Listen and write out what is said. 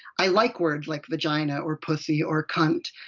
i like words like! vagina! or! pussy! or! cunt,